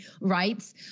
rights